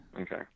Okay